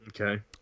Okay